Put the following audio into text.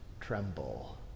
tremble